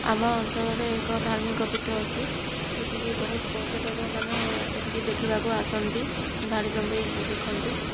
ଆମ ଅଞ୍ଚଳରେ ଏକ ଧାର୍ମିକପୀଠ ଅଛି ଏଠିକି ବହୁତ ପର୍ଯ୍ୟଟକମାନେ ଏଠିକି ଦେଖିବାକୁ ଆସନ୍ତି ଧାଡ଼ି ଲମ୍ବାଇ ଦେଖନ୍ତି